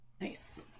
Nice